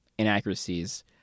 inaccuracies